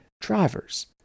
Drivers